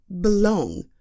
belong